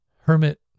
hermit